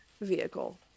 vehicle